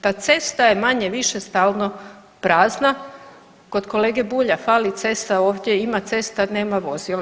Ta cesta je manje-više stalno prazna, kod kolege Bulja fali cesta, ovdje ima cesta, nema vozila.